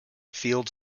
fields